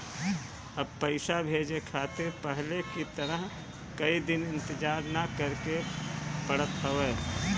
अब पइसा भेजे खातिर पहले की तरह कई दिन इंतजार ना करेके पड़त हवे